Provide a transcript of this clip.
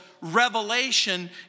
revelation